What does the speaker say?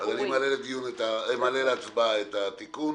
אני מעלה להצבעה את התיקון.